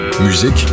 musique